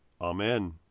Amen